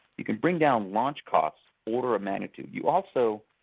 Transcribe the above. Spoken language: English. you could bring down launch costs, order of magnitude. you also,